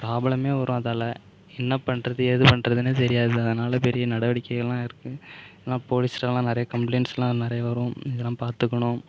ப்ராப்ளமே வரும் அதால் என்ன பண்ணுறது ஏது பண்ணுறதுனே தெரியாது அதனால் பெரிய நடவடிக்கைகள்லாம் இருக்கு எல்லா போலீஸ்லலாம் நிறைய கம்ப்ளைண்ட்ஸ்லாம் நிறைய வரும் இதல்லாம் பார்த்துக்கணும்